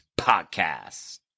podcast